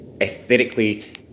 aesthetically